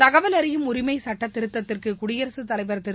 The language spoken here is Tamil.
தகவல் அறியும் உரிமை சட்டத்திருத்தத்திற்கு குடியரசுத் தலைவர் திரு